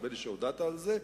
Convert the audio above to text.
נדמה לי שהודעת על זה,